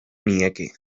nieke